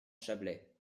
chablais